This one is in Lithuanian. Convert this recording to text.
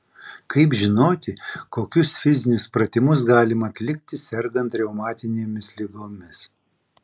kaip žinoti kokius fizinius pratimus galima atlikti sergant reumatinėmis ligomis